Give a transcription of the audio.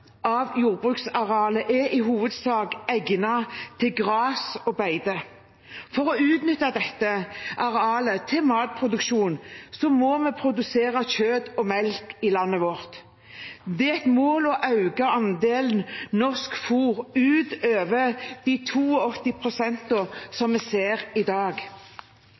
av jordbruksarealet er i hovedsak egnet til gras og beite. For å utnytte dette arealet til matproduksjon må vi produsere kjøtt og melk i landet vårt. Det er et mål å øke andelen norsk fôr utover de 82 pst. som vi ser i dag.